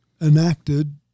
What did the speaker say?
enacted